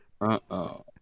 uh-oh